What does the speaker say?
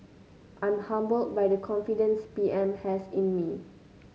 I'm humbled by the confidence P M has in me